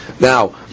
Now